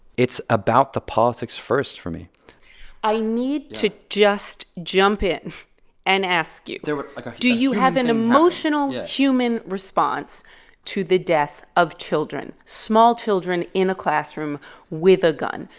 it's about the politics first for me i need to just jump in and ask you. there were like a human. do you have an emotional. human response to the death of children small children in a classroom with a gun?